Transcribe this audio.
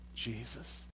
Jesus